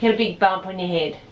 had a big bump on your head,